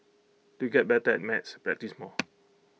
to get better at maths practise more